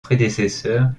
prédécesseur